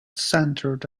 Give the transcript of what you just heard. centered